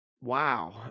Wow